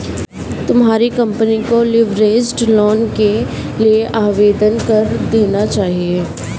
तुम्हारी कंपनी को leveraged loan के लिए आवेदन कर देना चाहिए